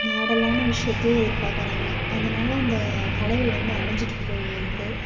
மாடலான விஷயத்தையே எதிர்பார்க்கறாங்க அதனால அந்த கலைகள் வந்து அழிஞ்சுட்டு போகிறது